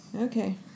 Okay